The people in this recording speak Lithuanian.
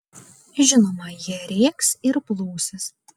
žinoma jie rėks ir plūsis